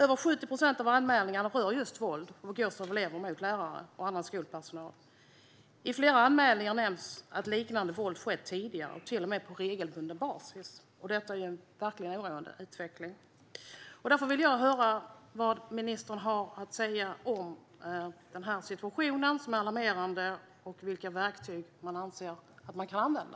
Över 70 procent av anmälningarna rör just våld, och det begås av elever mot lärare och annan skolpersonal. I flera anmälningar nämns att liknande våld skett tidigare, till och med på regelbunden basis. Det är ju verkligen en oroande utveckling. Därför vill jag höra vad ministern har att säga om den här situationen, som är alarmerande, och vilka verktyg han anser att man kan använda.